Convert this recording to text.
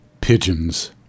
Pigeons